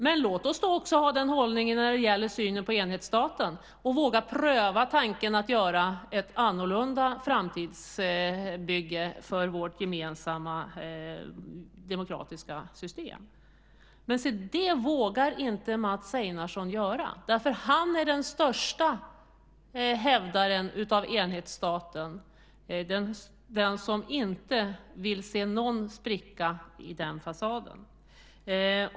Men låt oss då också ha den hållningen när det gäller synen på enhetsstaten och våga pröva tanken att göra ett annorlunda framtidsbygge för vårt gemensamma demokratiska system. Men se det vågar inte Mats Einarsson göra, därför att han är den största hävdaren av enhetsstaten, den som inte vill se någon spricka i den fasaden.